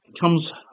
comes